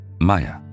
Maya